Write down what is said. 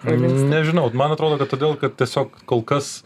nežinau man atrodo kad todėl kad tiesiog kol kas